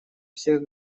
всех